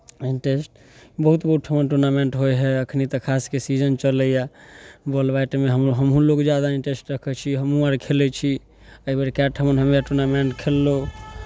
interest बहुत बहुत ठमा टूर्नामेंट होइ हइ एखनि तऽ खास कऽ सीजन चलैए बॉल बैटमे हमहूँ लोग ज्यादा इन्ट्रेस्ट रखै छी हमहूँ अर खेलै छी एहि बेर कए ठमन हमे टूर्नामेंट खेललहुँ